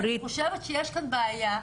ואני חושבת שיש כאן בעיה,